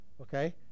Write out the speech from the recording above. okay